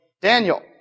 Daniel